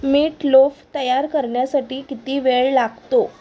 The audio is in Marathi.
मीट लोफ तयार करण्यासाठी किती वेळ लागतो